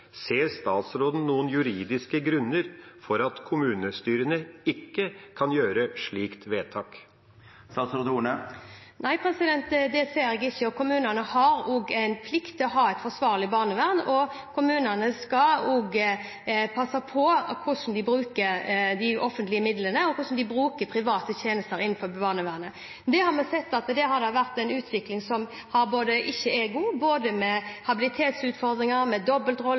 Ser statsråden noen juridiske grunner for at kommunestyrene ikke kan gjøre slikt vedtak? Nei, det ser jeg ikke. Kommunene har en plikt til å ha et forsvarlig barnevern, og kommunene skal også passe på hvordan de bruker de offentlige midlene, og hvordan de bruker private tjenester innenfor barnevernet. Der har vi sett at det har vært en utvikling som ikke er god, med både habilitetsutfordringer